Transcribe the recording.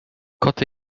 koty